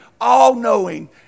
all-knowing